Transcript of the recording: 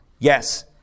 Yes